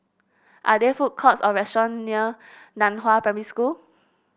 are there food courts or restaurants near Nan Hua Primary School